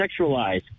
sexualized